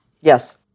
Yes